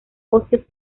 bosques